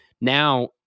now